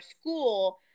school